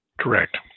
Correct